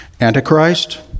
Antichrist